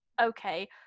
okay